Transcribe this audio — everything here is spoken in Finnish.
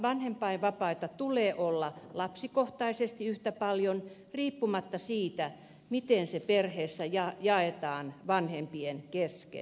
vanhempainvapaita tulee olla lapsikohtaisesti yhtä paljon riippumatta siitä miten se perheessä jaetaan vanhempien kesken